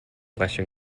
western